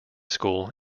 school